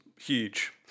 huge